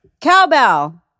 Cowbell